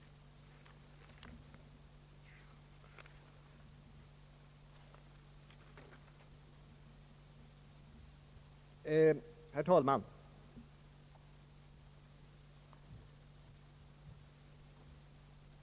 Herr talman!